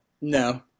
no